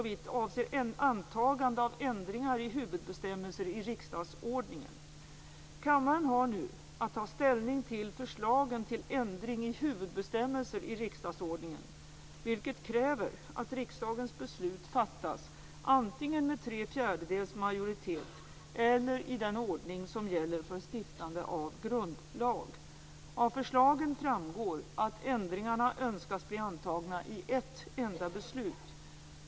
I detta moment föreslogs lag om ändring i lagen om överlåtelse av en förvaltningsuppgift till en övervakningskommitté. Eftersom ändringsförslaget innebar att överlåtelse av myndighetsutövning fick ske till en interregional beslutsgrupp, krävdes att riksdagens beslut fattades antingen med tre fjärdedelars majoritet eller i den ordning som gäller för stiftande av grundlag. Av förslaget framgick att lagen önskades bli antagen i ett enda beslut.